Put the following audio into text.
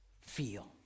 feel